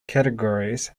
categories